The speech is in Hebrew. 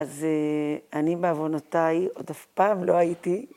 ‫אז אני, בעוונותיי, ‫עוד אף פעם לא הייתי...